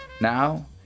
Now